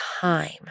time